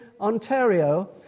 Ontario